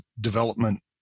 development